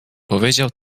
powiedział